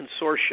consortium